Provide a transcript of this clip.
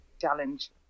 challenge